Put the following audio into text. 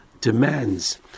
demands